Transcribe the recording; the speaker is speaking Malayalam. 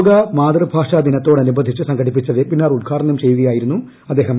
ലോക മാതൃഭാഷാദിനത്തോടനുബന്ധിച്ച് സംഘടിപ്പിച്ച വെബിനാർ ഉദ്ഘാടനം ചെയ്യുകയായിരുന്നു അദ്ദേഹം